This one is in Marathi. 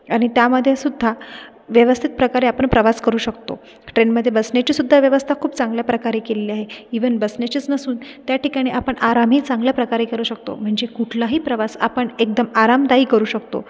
आणि त्यामध्ये सुद्धा व्यवस्थित प्रकारे आपण प्रवास करू शकतो ट्रेनमध्ये बसण्याची सुद्धा व्यवस्था खूप चांगल्या प्रकारे केलेली आहे ईवन बसण्याचीच नसून त्या ठिकाणी आपण आरामही चांगल्या प्रकारे करू शकतो म्हणजे कुठलाही प्रवास आपण एकदम आरामदायी करू शकतो